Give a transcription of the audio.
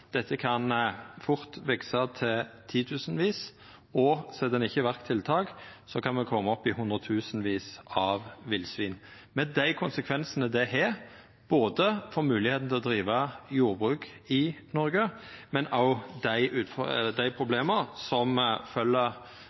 dette kan fort veksa til titusenvis, og set ein ikkje i verk tiltak, kan me koma opp i hundretusenvis av villsvin, med dei konsekvensane det har for moglegheita til å driva jordbruk i Noreg, og dei problema som